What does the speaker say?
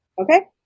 okay